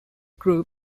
group